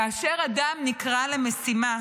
כאשר אדם נקרא למשימה